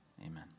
Amen